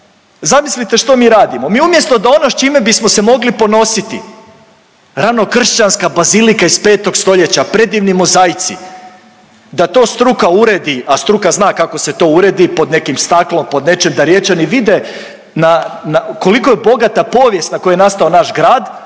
Zamislite što mi radimo, mi umjesto da ono s čime bismo se mogli ponositi, ranokršćanska bazilika iz 5. stoljeća predivni mozaici da to struka uredi, a struka zna kako se to uredi pod nekim staklom, pod nečim da Riječani vide na, koliko je bogata povijest na kojoj je nastao naš grad,